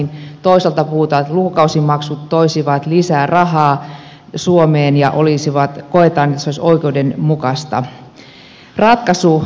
toisaalta puhutaan että lukukausimaksut toisivat lisää rahaa suomeen ja koetaan että se olisi oikeudenmukaista